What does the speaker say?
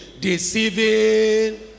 Deceiving